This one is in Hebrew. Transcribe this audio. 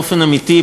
באופן אמיתי,